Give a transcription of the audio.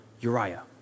Uriah